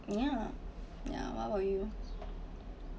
yeah yeah what about you